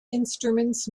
instruments